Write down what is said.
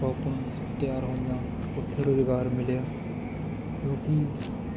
ਸ਼ੋਪਾਂ ਤਿਆਰ ਹੋਈਆਂ ਉੱਥੇ ਰੁਜ਼ਗਾਰ ਮਿਲਿਆ ਲੋਕ